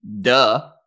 Duh